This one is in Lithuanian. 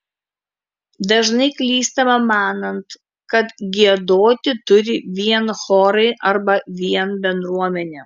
dažnai klystama manant kad giedoti turi vien chorai arba vien bendruomenė